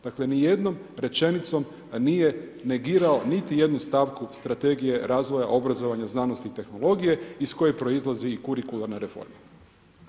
Dakle nijednom rečenicom nije negirao niti jednu stavku Strategije razvoja obrazovanja, znanosti i tehnologije iz koje proizlazi i kurikuralna reforma.